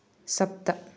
सप्त